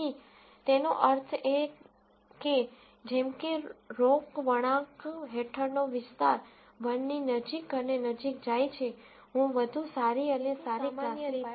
તેથી તેનો અર્થ એ કે જેમ કે રોક વળાંક હેઠળનો વિસ્તાર 1 ની નજીક અને નજીક જાય છે હું વધુ સારી અને સારી ક્લાસિફાયર ડિઝાઇન મેળવુ છું